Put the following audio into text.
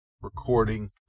recording